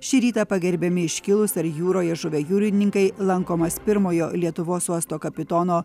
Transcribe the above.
šį rytą pagerbiami iškilūs ar jūroje žuvę jūrininkai lankomas pirmojo lietuvos uosto kapitono